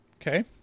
Okay